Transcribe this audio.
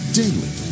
daily